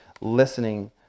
listening